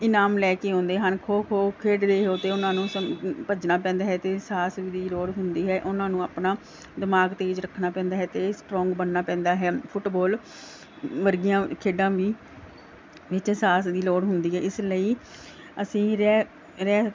ਇਨਾਮ ਲੈ ਕੇ ਆਉਂਦੇ ਹਨ ਖੋ ਖੋ ਖੇਡ ਰਹੇ ਹੋ ਅਤੇ ਉਹਨਾਂ ਨੂੰ ਸ ਭੱਜਣਾ ਪੈਂਦਾ ਹੈ ਅਤੇ ਸਾਹਸ ਦੀ ਲੋੜ ਹੁੰਦੀ ਹੈ ਉਹਨਾਂ ਨੂੰ ਆਪਣਾ ਦਿਮਾਗ ਤੇਜ਼ ਰੱਖਣਾ ਪੈਂਦਾ ਹੈ ਅਤੇ ਸਟਰੋਂਗ ਬਣਨਾ ਪੈਂਦਾ ਹੈ ਫੁਟਬਾਲ ਵਰਗੀਆਂ ਖੇਡਾਂ ਵੀ ਵਿੱਚ ਸਾਹਸ ਦੀ ਲੋੜ ਹੁੰਦੀ ਹੈ ਇਸ ਲਈ ਅਸੀਂ